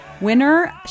winner